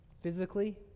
physically